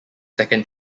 second